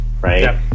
right